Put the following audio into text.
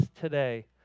today